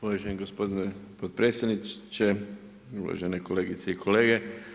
Uvaženi gospodine potpredsjedniče, uvažene kolegice i kolege.